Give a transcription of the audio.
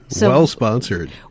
Well-sponsored